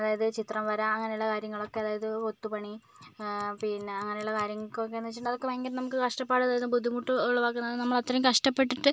അതായത് ചിത്രം വര അങ്ങനെയുള്ള കാര്യങ്ങളൊക്കെ അതായത് കൊത്തുപണി പിന്നെ അങ്ങനെയുള്ള കാര്യങ്ങക്കൊക്കെയെന്ന് വിചാരിച്ചിട്ടുണ്ടെങ്കിൽ അതൊക്കെ ഭയങ്കര നമുക്ക് കഷ്ടപ്പാടും അതായത് ബുദ്ധിമുട്ടും ഉളവാക്കി നമ്മളത്രയും കഷ്ടപ്പെട്ടിട്ട് അതായത്